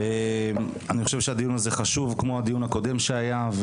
אני חושב שהדיון הזה חשוב כמו הדיון הקודם שהיה.